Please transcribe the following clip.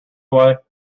way